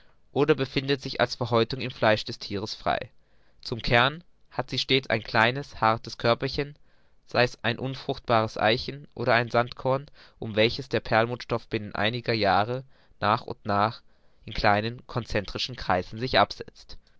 oder befindet sich als verhärtung im fleisch des thieres frei zum kern hat sie stets ein kleines hartes körperchen sei's ein unfruchtbares eichen oder ein sandkorn um welches der perlmutterstoff binnen einigen jahren nach und nach in kleinen concentrischen ringen sich absetzt